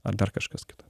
ar dar kažkas kito